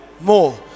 more